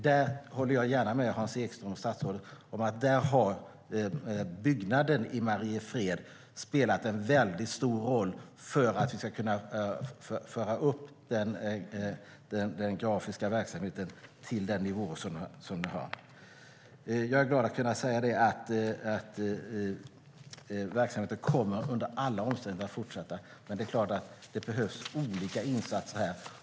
Där håller jag gärna med Hans Ekström och statsrådet om att byggnaden i Mariefred har spelat en väldigt stor roll för att vi har kunnat föra upp den grafiska verksamheten till den nivå man nu har. Jag är glad över att kunna säga att verksamheten under alla omständigheter kommer att kunna fortsätta. Men det är klart att det behövs olika insatser här.